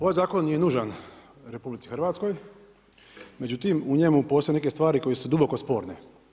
Ovaj zakon je nužan u RH, međutim u njemu postoje neke stvari koje su duboko sporne.